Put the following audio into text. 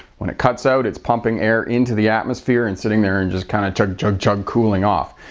when it cuts out, its pumping air into the atmosphere and sitting there and just kind of chug, chug, chug. cooling off.